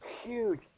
huge